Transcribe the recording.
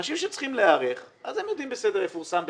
אנשים שצריכים להיערך, הם יודעים שזה יפורסם במרס,